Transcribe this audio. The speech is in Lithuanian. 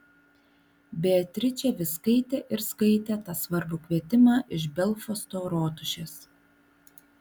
beatričė vis skaitė ir skaitė tą svarbų kvietimą iš belfasto rotušės